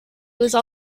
also